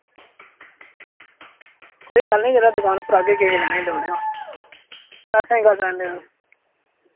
कोई गल्ल नि जिल्लै दुकान उप्पर आग्गे केक लैने देऊड़ेओ पैसें दी गल्ल रैह्न देओ